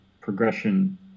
progression